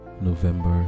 november